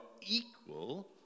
equal